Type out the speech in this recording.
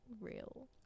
real